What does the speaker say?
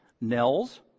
Nels